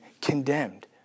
condemned